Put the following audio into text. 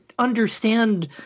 understand